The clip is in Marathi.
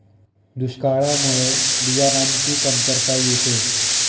दुष्काळामुळे बियाणांची कमतरता येते